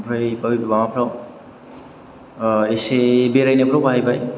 ओमफ्राय बागैफोर माबाफ्राव ओह इसे बेरायनायफ्राव बाहायबाय